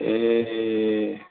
ए